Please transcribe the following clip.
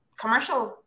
commercials